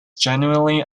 generally